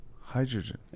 Hydrogen